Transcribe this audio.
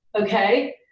okay